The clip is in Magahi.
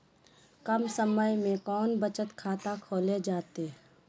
कम समय में कौन बचत खाता खोले जयते?